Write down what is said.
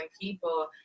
people